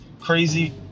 crazy